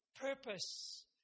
purpose